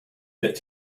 that